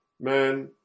man